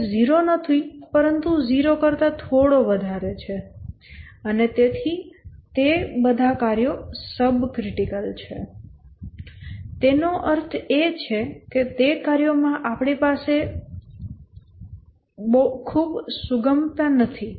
તે 0 નથી પરંતુ 0 કરતા થોડો વધારે છે અને તેથી તે કાર્યો સબક્રિટિકલ છે તેનો અર્થ એ કે તે કાર્યોમાં આપણી પાસે ખૂબ જ શિથિલતા અથવા ખૂબ સુગમતા નથી